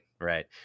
right